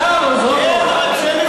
מה הקשר?